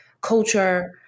culture